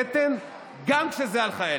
אז אין כאבי בטן, גם כשזה על חיילים.